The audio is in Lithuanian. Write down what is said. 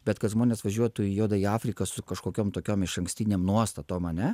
bet kad žmonės važiuotų į juodąją afriką su kažkokiom tokiom išankstinėm nuostatom ane